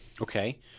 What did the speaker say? Okay